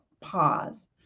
pause